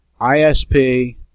ISP